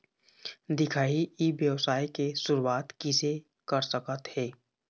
दिखाही ई व्यवसाय के शुरुआत किसे कर सकत हे?